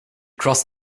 crossed